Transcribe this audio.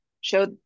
show